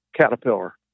Caterpillar